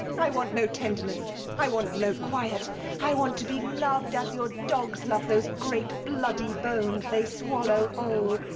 i want no tenderness i want no quiet i want to be loved as your dogs love those great bloody bones they swallow whole.